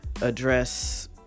address